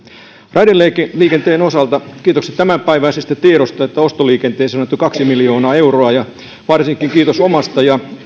raideliikenteen osalta kiitokset tämänpäiväisestä tiedosta että ostoliikenteeseen on annettu kaksi miljoonaa euroa varsinkin kiitos omasta ja